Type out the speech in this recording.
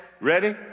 Ready